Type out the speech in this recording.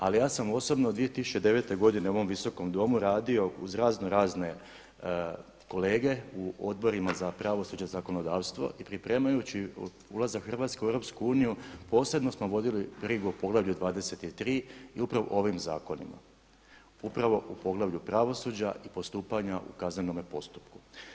Ali ja sam osobno 2009. godine u ovom Visokom domu radio uz razno razne kolege u odborima za pravosuđe i zakonodavstvo i pripremajući ulazak Hrvatske u EU, posebno smo voditi brigu o poglavlju 23 i upravo o ovom zakonima, upravo u poglavlju pravosuđa i postupanju u kaznenome postupku.